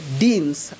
deans